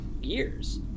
years